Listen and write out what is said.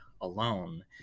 alone